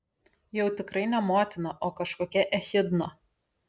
jau tikrai ne motina o kažkokia echidna